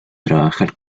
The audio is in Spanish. trabajar